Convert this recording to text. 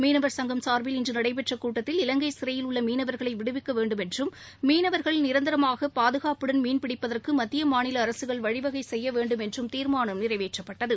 மீனவ சங்கம் சார்பில் இன்று நடைபெற்ற கூட்டத்தில் இலங்கை சிறையில் உள்ள மீனவர்களை விடுவிக்க வேண்டும் என்றும் மீனவர்கள் நிரந்தரமாக பாதுகாப்புடன் மீன் பிடிப்பதற்கு மத்திய மாநில அரசுகள் வழிவகை செய்ய வேண்டும் என்றும் தீர்மானம் நிறைவேற்றப்பட்டது